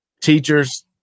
teachers